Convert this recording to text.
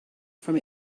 from